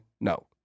no